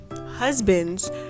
Husbands